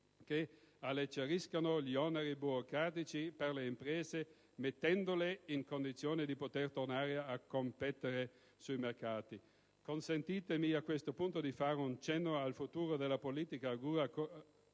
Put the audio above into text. che alleggeriscano gli oneri burocratici per le imprese, mettendole in condizione di poter tornare a competere sui mercati. Consentitemi, a questo punto, di fare un cenno al futuro della politica agricola